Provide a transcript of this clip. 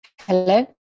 Hello